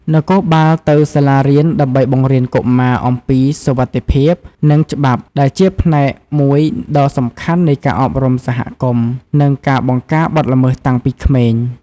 នគរបាលទៅសាលារៀន ដើម្បីបង្រៀនកុមារអំពី សុវត្ថិភាព និង ច្បាប់ ដែលជាផ្នែកមួយដ៏សំខាន់នៃការអប់រំសហគមន៍ និងការបង្ការបទល្មើសតាំងពីក្មេង។